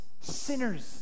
sinners